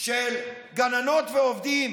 של גננות ועובדים